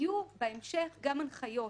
בהמשך יהיו גם הנחיות.